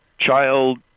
child